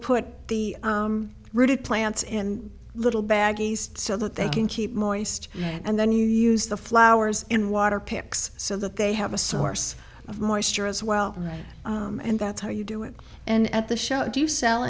put the rooted plants in little baggies so that they can keep moist and then you use the flowers in water picks so that they have a source of moisture as well and that's how you do it and at the show do you sell